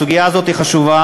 הסוגיה הזאת חשובה,